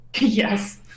Yes